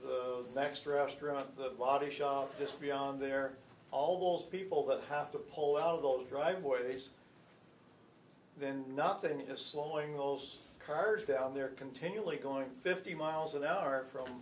next restaurant the body shop just beyond there all those people that have to pull out of those driveways then nothing is slowing those cars down there continually going fifty miles an hour